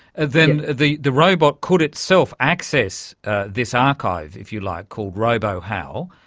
then the the robot could itself access this archive, if you like, called robohow,